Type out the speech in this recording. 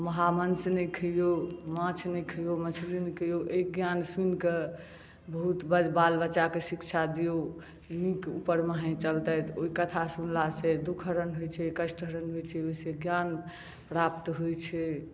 महामाँस नहि खाइऔ माछ नहि खाइऔ मछली नहि खाइऔ एहि ज्ञान सुनिके बहुत बाल बच्चाके शिक्षा दिऔ नीक उपरमुहेँ चलतै ओहि कथा सुनलासँ दुखहरण होइ छै कष्टहरण होइ छै ओहिसँ ज्ञान प्राप्त होइ छै